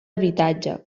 habitatge